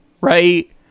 right